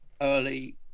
early